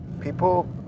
people